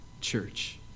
church